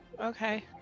okay